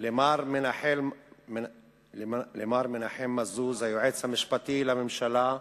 למר מנחם מזוז, היועץ המשפטי לממשלה,